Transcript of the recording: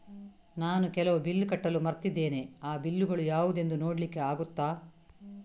ನಾನು ಕೆಲವು ಬಿಲ್ ಕಟ್ಟಲು ಮರ್ತಿದ್ದೇನೆ, ಆ ಬಿಲ್ಲುಗಳು ಯಾವುದೆಂದು ನೋಡ್ಲಿಕ್ಕೆ ಆಗುತ್ತಾ?